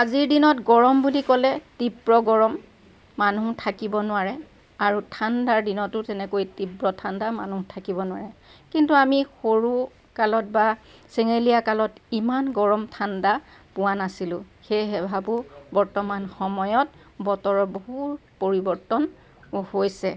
আজিৰ দিনত গৰম বুলি ক'লে তীব্ৰ গৰম মানুহ থাকিব নোৱাৰে আৰু ঠাণ্ডাৰ দিনতো তেনেকৈ তীব্ৰ ঠাণ্ডা মানুহ থাকিব নোৱাৰে কিন্তু আমি সৰু কালত বা চেঙেলীয়া কালত ইমান গৰম ঠাণ্ডা পোৱা নাছিলোঁ সেয়েহে ভাবোঁ বৰ্তমান সময়ত বতৰৰ বহুত পৰিবৰ্তন হৈছে